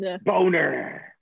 Boner